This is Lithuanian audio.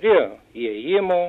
prie įėjimo